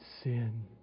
sin